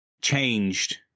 changed